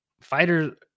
fighters